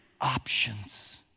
options